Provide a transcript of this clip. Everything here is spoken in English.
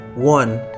One